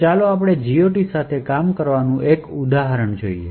ચાલો આપણે GOT સાથે કામ કરવાનું એક ઉદાહરણ જોઈએ